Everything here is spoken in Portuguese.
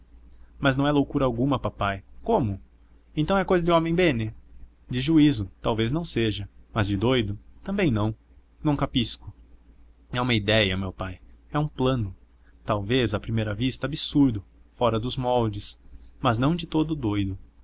mas não há loucura alguma papai como então é cousa de um homem bene de juízo talvez não seja mas de doido também não non capisco é uma idéia meu pai é um plano talvez à primeira vista absurdo fora dos moldes mas não de todo doido